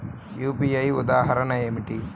UPI ఉదాహరణ ఏమిటి?